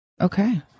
Okay